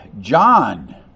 John